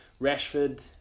Rashford